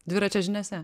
dviračio žiniose